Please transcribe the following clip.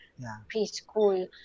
preschool